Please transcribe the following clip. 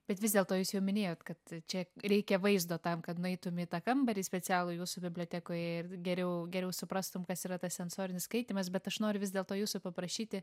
bet vis dėlto jūs jau minėjot kad čia reikia vaizdo tam kad nueitum į tą kambarį specialų jūsų bibliotekoje ir geriau geriau suprastum kas yra tas sensorinis skaitymas bet aš noriu vis dėlto jūsų paprašyti